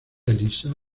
elisa